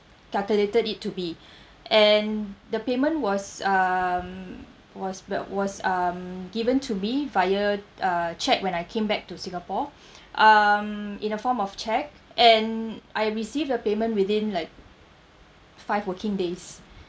calculated it to be and the payment was um was but was um given to me via uh check when I came back to singapore um in a form of check and I received the payment within like five working days